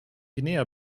guinea